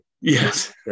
Yes